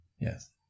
Yes